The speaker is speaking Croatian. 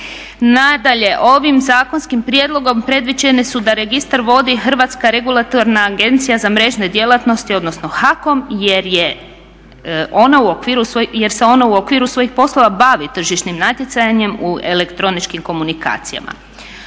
Nadalje, ovim zakonskim prijedlogom predviđene su da registar vodi Hrvatska regulatorna agencija za mrežne djelatnosti odnosno HACOM jer je ona u okviru, jer se ona u okviru svojih poslova bavi tržišnim natjecanjem u elektroničkim komunikacijama.